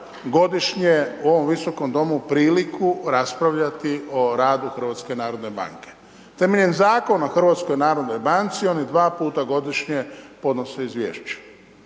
godišnje u ovom Visokom domu priliku raspravljati o radu HNB-a. Temeljem zakona o HNB-u, oni dva puta godišnje podnose izvješće.